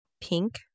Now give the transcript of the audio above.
pink